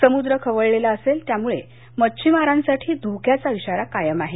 समुद्र खवळलेला असेल त्यामुळे मच्छमारांसाठी धोक्याचा इशारा कायम आहे